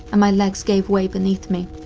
and my legs gave way beneath me.